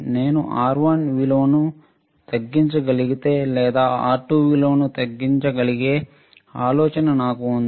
నేను R1 విలువను తగ్గించగలిగితే లేదా R2 విలువను తగ్గించగలిగే ఆలోచన నాకు ఉంది